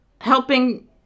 helping